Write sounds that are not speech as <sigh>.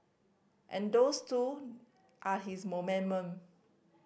and those too are his <unintelligible>